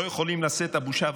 לא יכולים לשאת את הבושה,